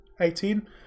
Eighteen